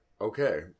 okay